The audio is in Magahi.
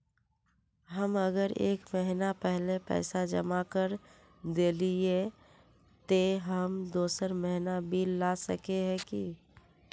हम अगर एक महीना पहले पैसा जमा कर देलिये ते हम दोसर महीना बिल ला सके है की?